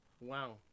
Wow